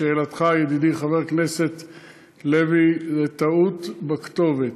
לשאלתך, ידידי, חבר הכנסת לוי: זו טעות בכתובת.